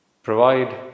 provide